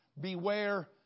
Beware